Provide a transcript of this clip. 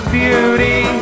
beauty